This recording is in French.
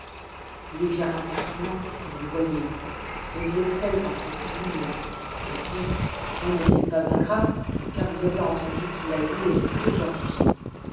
il est bien impertinent comme vous le voyez mais il excelle par son cuisinier aussi n'en est-il pas ingrat car vous avez entendu qu'il l'a loué tout aujourd'hui